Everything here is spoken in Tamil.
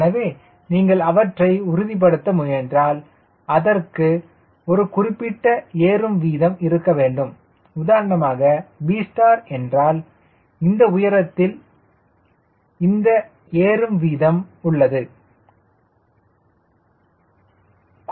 எனவே நீங்கள் அவற்றை உறுதிப்படுத்த முயன்றால் அதற்கு ஒரு குறிப்பிட்ட ஏறும் வீதம் இருக்க வேண்டும் உதாரணமாக B என்றால் இந்த உயரத்தில் இந்த ஏறும் வீதம் அல்லது உள்ளது